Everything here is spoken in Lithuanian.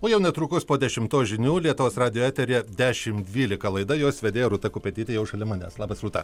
o jau netrukus po dešimtos žinių lietuvos radijo eteryje dešimt dvylika laida jos vedėja rūta kupetytė jau šalia manęs labas rūta